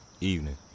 Evening